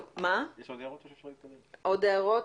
עוד הערות?